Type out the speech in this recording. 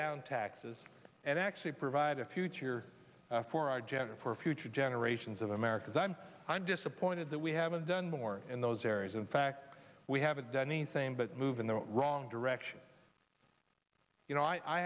down taxes and actually provide a future for our gender for future generations of americans i'm i'm disappointed that we haven't done more in those areas in fact we haven't done anything but move in the wrong direction you know i